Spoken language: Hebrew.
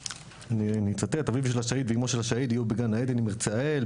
אני אצטט: "אביו של השהיד ואימו של השהיד יהיו בגן עדן אם ירצה האל,